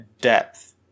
depth